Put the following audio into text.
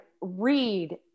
read